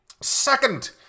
Second